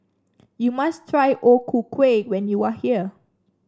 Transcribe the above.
you must try O Ku Kueh when you are here